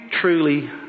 truly